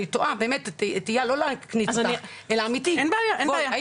אני תוהה תהייה אמיתית ולא כדי להקניט סתם אלא אמיתית,